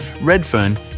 Redfern